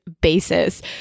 basis